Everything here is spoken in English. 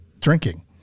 drinking